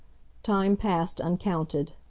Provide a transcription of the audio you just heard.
time passed uncounted.